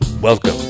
Welcome